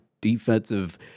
defensive